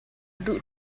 duh